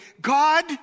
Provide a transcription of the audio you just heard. God